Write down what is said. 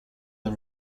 the